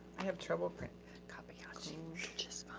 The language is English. i have trouble. kobyashi just fine.